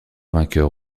vainqueur